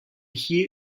hier